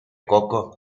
coco